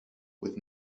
with